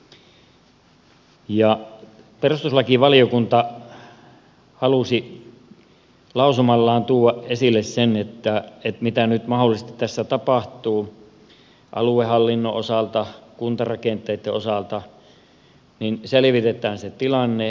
kun perustuslakivaliokunta halusi lausumallaan tuoda esille sen mitä nyt mahdollisesti tässä tapahtuu aluehallinnon osalta kuntarakenteitten osalta niin selvitetään se tilanne